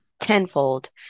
tenfold